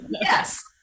Yes